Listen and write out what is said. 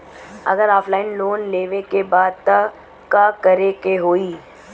अगर offline loan लेवे के बा त का करे के होयी?